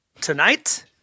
tonight